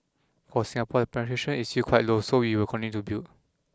for Singapore the penetration is still quite low so we will continue to build